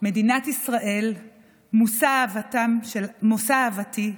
מדינת ישראל, מושא אהבתי,